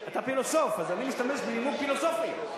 אתה פילוסוף, אז אני משתמש בנימוק פילוסופי.